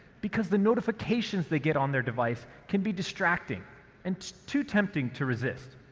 because the notifications they get on their device can be distracting and too tempting to resist.